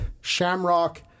shamrock